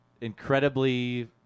incredibly